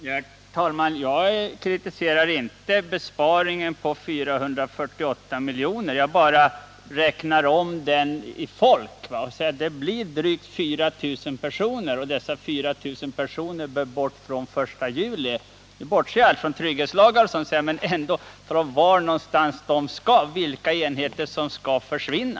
Herr talman! Jag kritiserar inte besparingen på 448 milj.kr. Jag räknar bara om den i tjänster och säger att det motsvarar drygt 4 000 personer, som bör dras in fr.o.m. den 1 juli. Jag bortser i det sammanhanget från effekten av trygghetslagarna. Frågan är vilka enheter som skall försvinna.